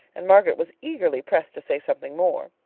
and margaret was eagerly pressed to say something more.